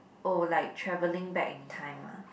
oh like travelling back in time ah